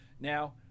Now